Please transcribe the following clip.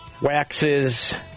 waxes